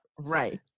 Right